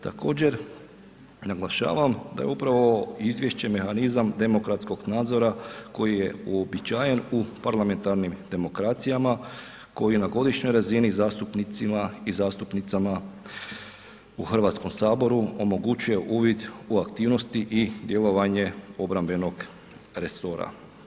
Također, naglašavam da je upravo izvješće mehanizam demokratskog nadzora koji je uobičajen u parlamentarnim demokracijama koji na godišnjoj razini zastupnicima i zastupnicama u Hrvatskom saboru omogućuje uvid u aktivnosti i djelovanje obrambenog resora.